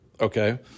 Okay